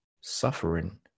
suffering